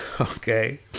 okay